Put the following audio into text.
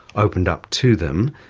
opened up to them.